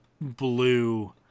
blue